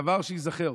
דבר שייזכר,